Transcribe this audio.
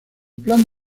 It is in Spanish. plan